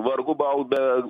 vargu bauda